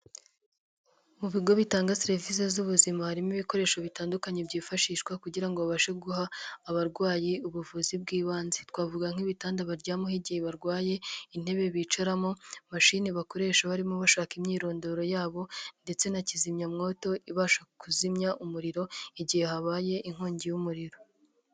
Mu bigo bitanga serivisi z'ubuzima harimo ibikoresho bitandukanye byifashishwa kugira ngo babashe guha abarwayi ubuvuzi bw'ibanze. Twavuga nk'ibitanda baryamaho igihe barwaye, intebe bicaramo, mashini bakoresha barimo bashaka imyirondoro yabo, ndetse na kizimyamwoto ibasha kuzimya umuriro igihe habaye inkongi y'umuriro.